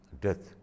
death